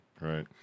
Right